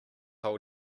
have